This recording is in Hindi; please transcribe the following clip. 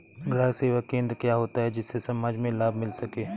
ग्राहक सेवा केंद्र क्या होता है जिससे समाज में लाभ मिल सके?